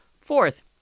Fourth